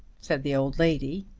said the old lady.